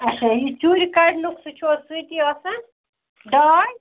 اَچھا یہِ چوٗرِ کَڈنُک سُہ چھُ حظ سۭتی آسان ڈاے